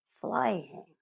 flying